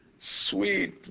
Sweet